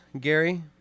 Gary